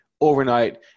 overnight